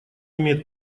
имеет